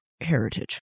heritage